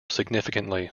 significantly